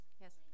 yes